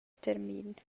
termin